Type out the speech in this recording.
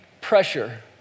pressure